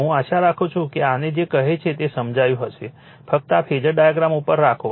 હું આશા રાખું છું કે આને જે કહે છે તે સમજાયું હશે ફક્ત આ ફેઝર ડાયાગ્રામ ઉપર રાખો